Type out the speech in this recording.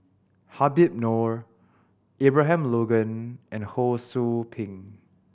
Habib Noh Abraham Logan and Ho Sou Ping